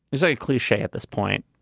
it's a cliche at this point.